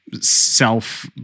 self